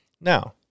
Now